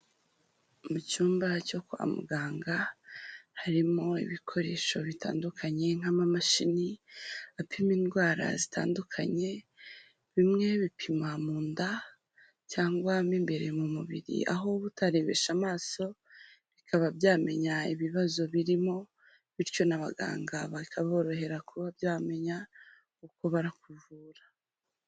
Mu cyumba cyo kwa muganga, harimo ibikoresho bitandukanye nk'amamashini apima indwara zitandukanye, bimwe bipima mu nda cyangwa mo imbere mu mubiri aho uba utarebesha amaso, bikaba byamenya ibibazo birimo bityo n'abaganga bikaborohera kuba byamenya uko barakuvura.